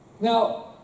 Now